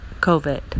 COVID